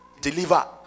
deliver